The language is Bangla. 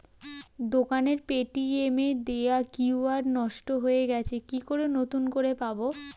দোকানের পেটিএম এর দেওয়া কিউ.আর নষ্ট হয়ে গেছে কি করে নতুন করে পাবো?